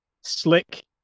slick